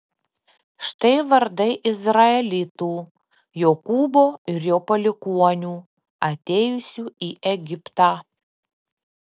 štai vardai izraelitų jokūbo ir jo palikuonių atėjusių į egiptą